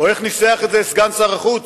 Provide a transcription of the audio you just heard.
או, איך ניסח את זה סגן שר החוץ?